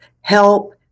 help